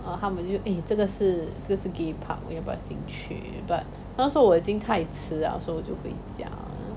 then 他们就 eh 这个是这个是 gay pub 要不要进去 but 那个时候我已经太迟了 so 就回家